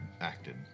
acted